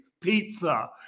Pizza